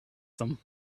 them